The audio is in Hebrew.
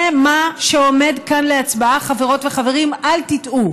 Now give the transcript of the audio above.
זה מה שעומד כאן להצבעה, חברות וחברים, אל תטעו.